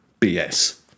BS